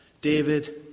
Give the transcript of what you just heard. David